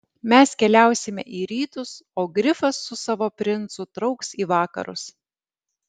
mes keliausime į rytus o grifas su savo princu trauks į vakarus